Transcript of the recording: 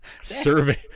survey